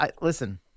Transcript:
Listen